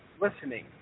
listening